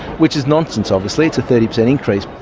which is nonsense obviously, it's a thirty percent increase.